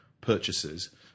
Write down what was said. purchases